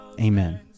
Amen